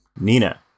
Nina